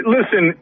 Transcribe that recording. Listen